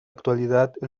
actualidad